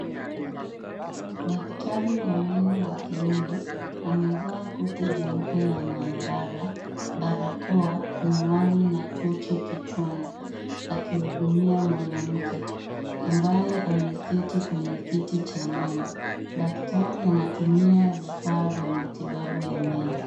Daktari wa meno wa kiume, amevaa koti jeupe la maabara, barakoa, miwani na tochi kichwani, akihudumia mwanamke ambaye ameketi kwenye kiti cha meno. Daktari anatumia vifaa vya matibabu ya meno.